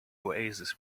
oasis